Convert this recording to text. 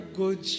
good